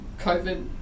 COVID